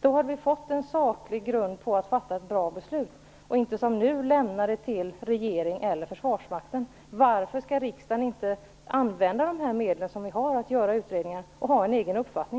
Då hade vi fått en saklig grund för att fatta ett bra beslut, i stället för att som nu lämna frågan till regeringen eller Försvarsmakten. Varför skall vi i riksdagen inte använda de medel vi har för att göra en utredning och få en egen uppfattning?